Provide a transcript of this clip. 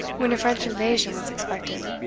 when a french invasion was expected.